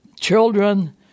Children